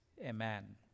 Amen